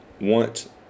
want